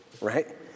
Right